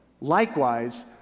Likewise